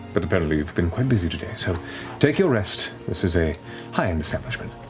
but apparently you've been quite busy today, so take your rest. this is a high-end establishment.